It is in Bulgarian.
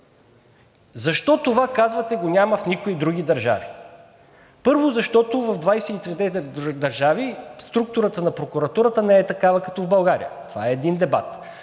Защо това, казвате, го няма в никои други държави? Първо, защото в 29 държави структурата на прокуратурата не е такава като в България. Това е един дебат.